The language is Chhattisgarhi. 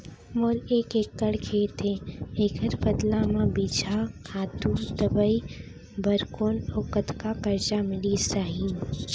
मोर एक एक्कड़ खेत हे, एखर बदला म बीजहा, खातू, दवई बर कोन अऊ कतका करजा मिलिस जाही?